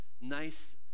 nice